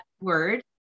word